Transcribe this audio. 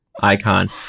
Icon